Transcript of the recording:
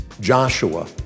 Joshua